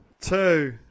two